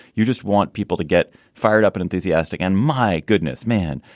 you just want people to get fired up and enthusiastic. and my goodness, man.